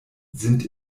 sind